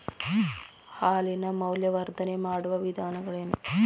ಹಾಲಿನ ಮೌಲ್ಯವರ್ಧನೆ ಮಾಡುವ ವಿಧಾನಗಳೇನು?